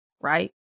right